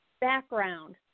background